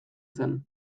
zen